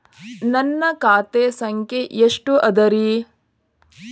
ನನ್ನ ಖಾತೆ ಸಂಖ್ಯೆ ಎಷ್ಟ ಅದರಿ?